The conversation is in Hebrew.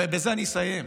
ובזה אני אסיים.